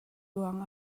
ruang